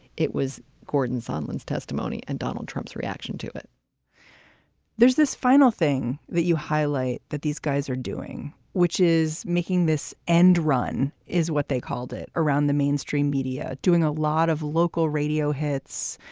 it was gordon sunland's testimony and donald trump's reaction to it there's this final thing that you highlight that these guys are doing, which is making this end run is what they called it around the mainstream media, doing a lot of local radio hits,